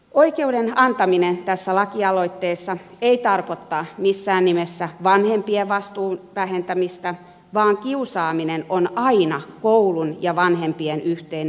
oikeuden antaminen tässä lakialoitteessa ei tarkoita missään nimessä vanhempien vastuun vähentämistä vaan kiusaaminen on aina koulun ja vanhempien yhteinen asia